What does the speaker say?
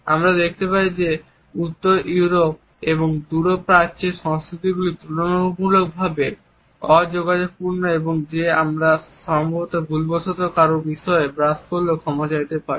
আমরা দেখতে পাই যে উত্তর ইউরোপ এবং দূর প্রাচ্যের সংস্কৃতিগুলি তুলনামূলকভাবে অ যোগাযোগপূর্ণ যে এই সমাজে আমরা ভুলবশত কারো বিরুদ্ধে ব্রাশ করলেও ক্ষমা চাইতে হতে পারে